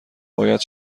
باید